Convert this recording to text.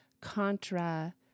contra